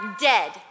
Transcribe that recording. dead